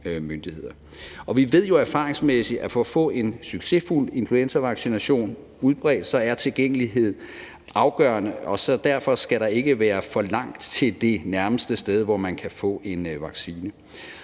myndigheder. Vi ved jo erfaringsmæssigt, at for at få en succesfuld influenzavaccination udbredt er tilgængelighed afgørende, så derfor skal der ikke være for langt til det nærmeste sted, hvor man kan få en vaccine.